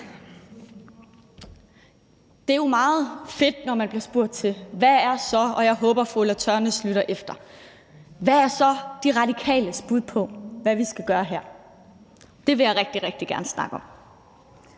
Det er jo meget fedt, når man bliver spurgt, og jeg håber, at fru Ulla Tørnæs lytter efter: Hvad er så De Radikales bud på, hvad vi skal gøre her? Det vil jeg rigtig, rigtig gerne snakke om.